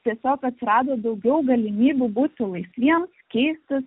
tiesiog atsirado daugiau galimybių būti laisviems keistis